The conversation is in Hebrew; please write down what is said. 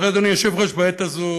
תראה, אדוני היושב-ראש, בעת הזאת,